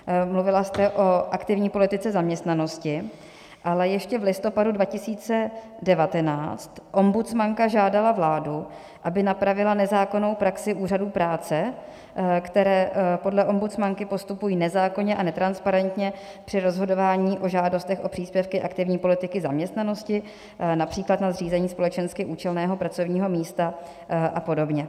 Mluvila jste o aktivní politice zaměstnanosti, ale ještě v listopadu 2019 ombudsmanka žádala vládu, aby napravila nezákonnou praxi úřadů práce, které podle ombudsmanky postupují nezákonně a netransparentně při rozhodování o žádostech o příspěvky aktivní politiky zaměstnanosti, například na zřízení společensky účelného pracovního místa a podobně.